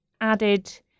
added